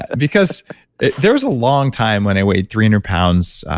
and because there was a long time when i weighed three hundred pounds.